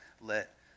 let